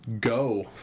Go